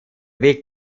weg